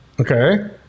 Okay